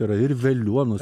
yra ir veliuonos